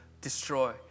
destroy